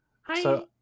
Hi